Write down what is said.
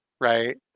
right